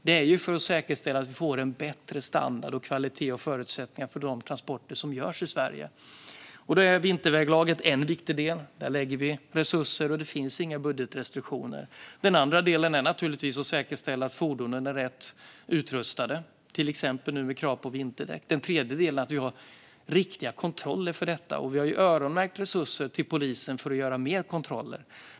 Detta är för att säkerställa att vi får bättre standard, kvalitet och förutsättningar för de transporter som görs i Sverige. Vinterväglaget är en viktig del. Där lägger vi resurser, och det finns inga budgetrestriktioner. En annan del är givetvis att säkerställa att fordonen är rätt utrustade, till exempel genom krav på vinterdäck. Vidare gäller att vi har riktiga kontroller för detta, och vi har öronmärkt resurser så att polisen ska kunna göra fler kontroller.